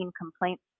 complaints